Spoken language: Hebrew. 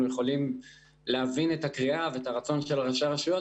יכולים להבין את הקריאה ואת הרצון של ראשי הרשויות